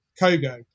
Kogo